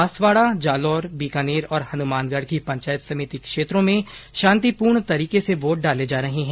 बांसवाड़ा जालौर बीकानेर और हनुमानगढ़ की पंचायत समिति क्षेत्रों में शांतिपूर्ण तरीके से वोट डाले जा रहे है